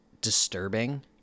disturbing